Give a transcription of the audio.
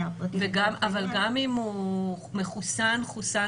פרטית --- אבל גם אם הוא חוסן בחו"ל?